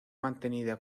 mantenida